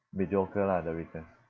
mediocre lah the return